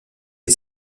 est